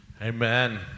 Amen